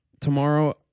tomorrow